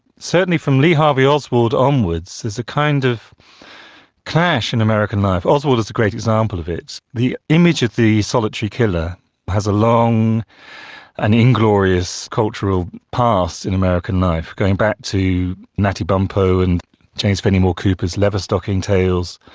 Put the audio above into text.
certainly from lee harvey oswald onwards there's a kind of clash in american life. oswald is a great example of this. the image of the solitary killer has a long and inglorious cultural past in american life, going back to natty bumppo and james fenimore cooper's leatherstocking tales,